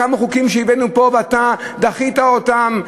כמה חוקים הבאנו לפה ואתה דחית אותם.